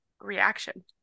reaction